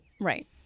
Right